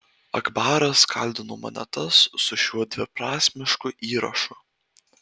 akbaras kaldino monetas su šiuo dviprasmišku įrašu